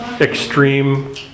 extreme